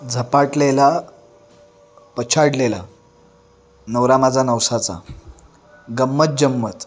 झपाटलेला पछाडलेला नवरा माझा नवसाचा गंंमत जंमत